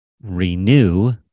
renew